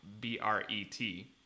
b-r-e-t